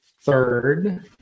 third